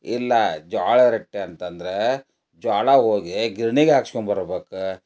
ಇಲ್ಲಾ ಜೋಳದ ರೊಟ್ಟಿ ಅಂತಂದ್ರೆ ಜೋಳ ಹೋಗಿ ಗಿರ್ಣಿಗೆ ಹಾಕ್ಸ್ಕೊಂಡ್ಬರ್ಬೇಕ